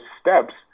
steps